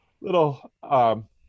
little